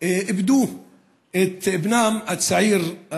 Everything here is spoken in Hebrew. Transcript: איבדו את בנם הצעיר,